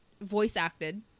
voice-acted